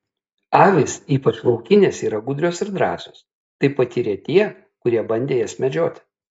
avys ypač laukinės yra gudrios ir drąsios tai patyrė tie kurie bandė jas medžioti